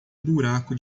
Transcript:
buraco